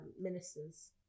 ministers